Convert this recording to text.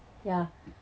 ya